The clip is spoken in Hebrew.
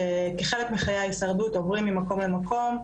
שכחלק מחיי ההישרדות עוברים ממקום למקום,